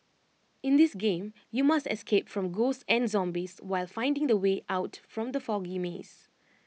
in this game you must escape from ghosts and zombies while finding the way out from the foggy maze